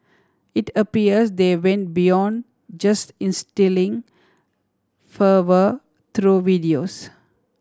it appears they went beyond just instilling fervour through videos